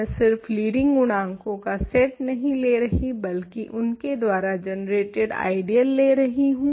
मैं सिर्फ लीडिंग गुणाकों का सेट नहीं ले रही बल्कि उनके द्वारा जनरेटेड आइडियल ले रही हूँ